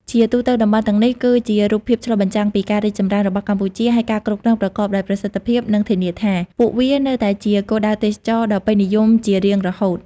ជាទូទៅ តំបន់ទាំងនេះគឺជារូបភាពឆ្លុះបញ្ចាំងពីការរីកចម្រើនរបស់កម្ពុជា ហើយការគ្រប់គ្រងប្រកបដោយប្រសិទ្ធភាពនឹងធានាថា ពួកវានៅតែជាគោលដៅទេសចរណ៍ដ៏ពេញនិយមជារៀងរហូត។